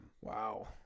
Wow